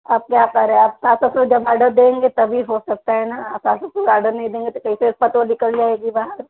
अब क्या करें अब सास ससुर जब आडर देंगे तभी हो सकता है ना सास ससुर आडर नहीं देंगे तो कैसे पतो निकल जाएगी बाहर